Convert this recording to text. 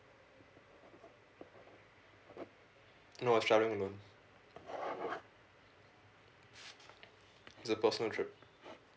no I was travelling alone it's a personal trip